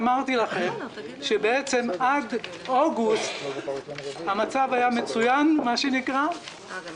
שאמרתי לכם שבעצם עד אוגוסט המצב היה מצוין והגירעון